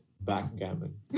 backgammon